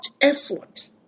effort